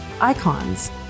icons